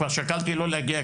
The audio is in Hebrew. כבר שקלתי לא להגיע,